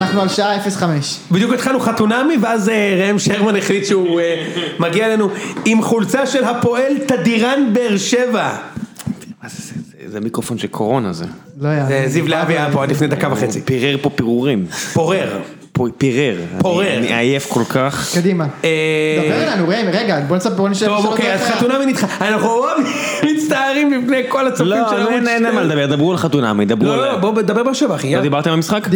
אנחנו על שעה 05. -בדיוק התחלנו חתונמי, ואז ראם שרמן החליט שהוא מגיע אלינו עם חולצה של הפועל תדיראן באר שבע. -מה זה זה? זה מיקרופון של קורונה זה. -זה זיו לאבי היה פה עד לפני דקה וחצי. -פירר פה פירורים. -פורר. -פירר. -פורר. -אני עייף כל כך. -קדימה. דבר אלינו ראם, רגע, בוא קצת, בוא נשב. -אוקיי, חתונמי נדחה. אנחנו, אוי, מצטערים בפני כל הצופים של ערוץ 12. -לא, אין. אין על מה לדבר. דברו על חתונמי, דברו על... -לא, בואו דבר באר שבע, אחי. -אתם דיברתם על המשחק?